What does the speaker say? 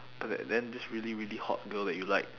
after that then this really really hot girl that you like